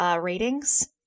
ratings